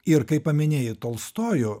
ir kai paminėjai tolstojų